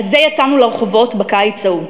על זה יצאנו לרחובות בקיץ ההוא.